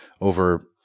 over